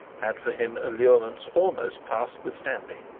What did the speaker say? had for him allurements almost past withstanding.